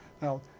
Now